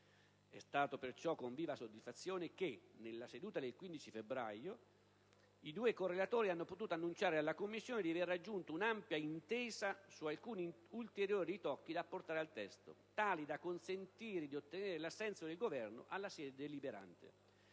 E stato perciò con viva soddisfazione che, nella seduta del 15 febbraio 2011, i due correlatori hanno potuto annunciare alla Commissione di aver raggiunto un'ampia intesa su alcuni ulteriori ritocchi da apportare al testo, tali da consentire di ottenere l'assenso del Governo alla sede deliberante